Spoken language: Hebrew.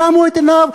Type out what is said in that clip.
עצם הוא עיניו,